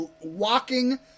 walking